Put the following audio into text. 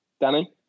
Danny